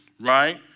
Right